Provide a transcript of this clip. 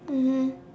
mmhmm